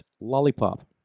lollipop